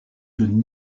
d’une